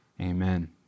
Amen